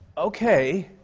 okay,